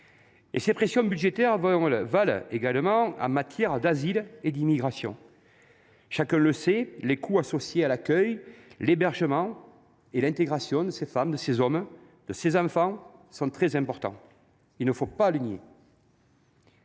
Ces pressions budgétaires s’exercent également en matière d’asile et d’immigration. Chacun le sait, les coûts associés à l’accueil, à l’hébergement et à l’intégration de ces femmes, de ces hommes et de ces enfants sont très importants ; il ne faut pas le nier.